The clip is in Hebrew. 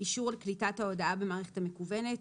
אישור על קליטת ההודעה במערכת המקוונת,